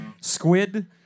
Squid